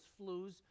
flus